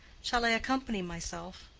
shall i accompany myself?